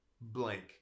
blank